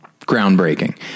groundbreaking